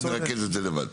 אני מרכז את זה לבד.